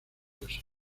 les